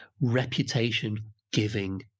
reputation-giving